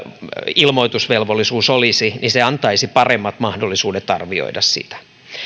ilmoitusvelvollisuus olisi niin se antaisi paremmat mahdollisuudet arvioida sitä